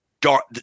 dark